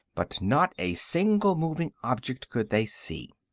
but not a single moving object could they see.